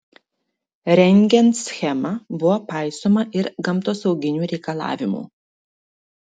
rengiant schemą buvo paisoma ir gamtosauginių reikalavimų